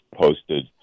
posted